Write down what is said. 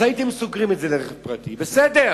אז הייתם סוגרים את זה לרכב פרטי, בסדר,